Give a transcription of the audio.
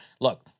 look